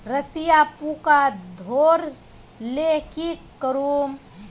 सरिसा पूका धोर ले की करूम?